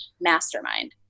Mastermind